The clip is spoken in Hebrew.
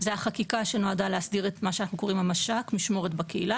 זה החקיקה שנועדה להסדיר את מה שאנחנו קוראים "המש"ק" משמורת בקהילה,